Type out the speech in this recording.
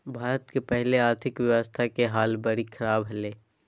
भारत के पहले आर्थिक व्यवस्था के हाल बरी ख़राब हले